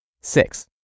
Six